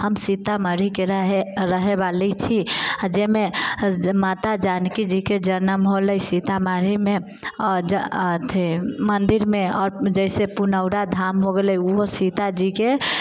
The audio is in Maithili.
हम सीतामढ़ीके रहै वाली छी जाहिमे माता जानकीजीके जन्म हौले सीतामढ़ीमे आओर जे अथि मन्दिरमे आओर जैसे पुनौरा धाम हो गेलै ओहो सीताजीके